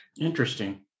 Interesting